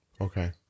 Okay